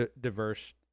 diverse